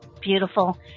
Beautiful